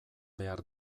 behar